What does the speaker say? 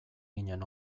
ginen